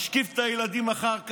השכיב את הילדים אחר כך,